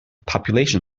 population